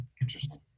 Interesting